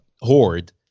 horde